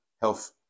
health